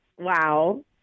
wow